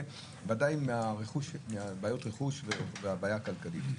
ובוודאי בעיות רכוש והבעיה הכלכלית.